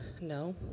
No